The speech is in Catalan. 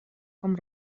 com